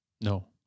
No